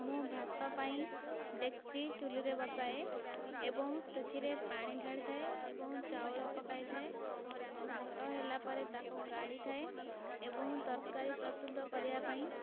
ମୁଁ ଭାତ ପାଇଁ ଡେକ୍ଚି ଚୁଲିରେ ବସାଏ ଏବଂ ସେଥିରେ ପାଣି ଢାଳିଥାଏ ଏବଂ ଚାଉଳ ପକାଇଥାଏ ଭାତ ହେଲା ପରେ ତାକୁ ଗାଳିଥାଏ ଏବଂ ତରକାରୀ ପ୍ରସ୍ତୁତ କରିବା ପାଇଁ